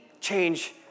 change